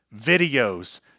videos